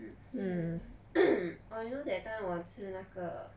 hmm they 带我吃那个